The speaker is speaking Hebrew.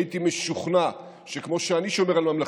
הייתי משוכנע שכמו שאני שומר על ממלכתיות,